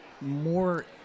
more